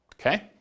Okay